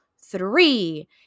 three